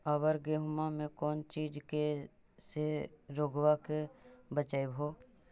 अबर गेहुमा मे कौन चीज के से रोग्बा के बचयभो?